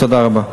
תודה רבה.